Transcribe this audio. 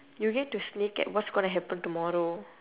you get to sneak at what's gonna happen tomorrow